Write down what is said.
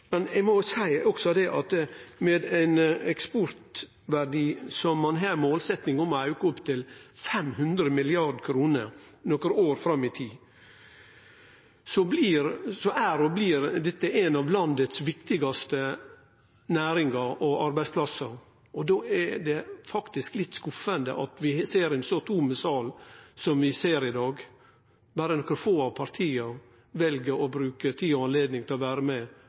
men eg må også seie at med ein eksportverdi som ein har målsetjing om å auke til 500 mrd. kr nokre år fram i tid, er og blir dette ei av landets viktigaste næringar – og arbeidsplassar. Då er det faktisk litt skuffande at vi ser ein så tom sal som vi ser i dag. Berre nokre få av partia vel å bruke tid og anledning til å vere med